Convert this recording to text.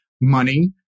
money